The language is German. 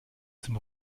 zum